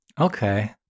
Okay